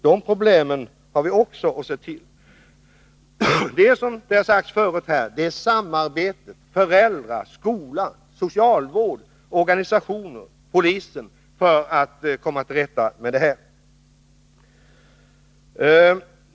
De här problemen har vi också att ta itu med. Det behövs samarbete föräldrar-skola-socialvård-organisationer-polis för att komma till rätta med de här problemen.